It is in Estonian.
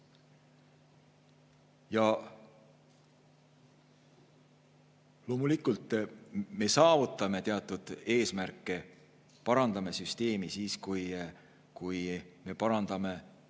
Loomulikult me saavutame teatud eesmärke, parandame süsteemi siis, kui parandame